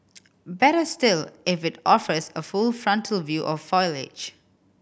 better still if it offers a full frontal view of foliage